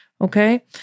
Okay